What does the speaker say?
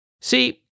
See